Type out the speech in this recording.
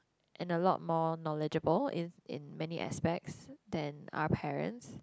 and a lot more knowledgeable if in many aspects than our parents